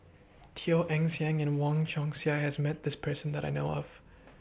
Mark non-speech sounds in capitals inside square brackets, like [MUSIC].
Teo Eng Seng and Wong Chong Sai has Met This Person that I know of [NOISE]